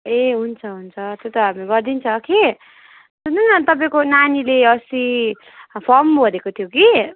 ए हुन्छ हुन्छ त्यो त हामी गरिदिन्छौँ कि सुन्नु न तपाईँको नानीले अस्ति फम भरेको थियो कि